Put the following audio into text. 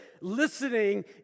listening